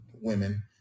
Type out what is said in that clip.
women